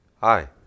Hi